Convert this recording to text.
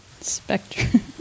Spectrum